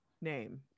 name